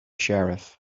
sheriff